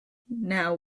now